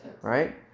right